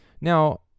Now